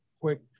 quick